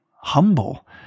humble